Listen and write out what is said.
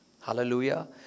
Hallelujah